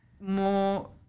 More